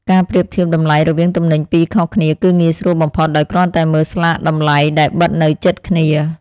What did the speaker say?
ការប្រៀបធៀបតម្លៃរវាងទំនិញពីរខុសគ្នាគឺងាយស្រួលបំផុតដោយគ្រាន់តែមើលស្លាកតម្លៃដែលបិទនៅជិតគ្នា។